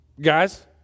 Guys